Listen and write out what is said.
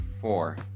four